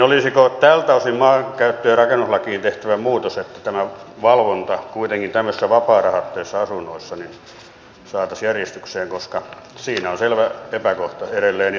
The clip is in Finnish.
olisiko tältä osin maankäyttö ja rakennuslakiin tehtävä muutos että tämä valvonta kuitenkin tämmöisissä vapaarahoitteisissa asunnoissa saataisiin järjestykseen koska siinä on selvä epäkohta edelleen